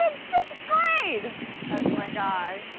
and sixth grade. that's my guy.